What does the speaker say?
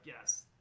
yes